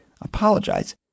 apologize